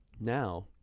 now